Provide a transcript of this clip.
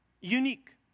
Unique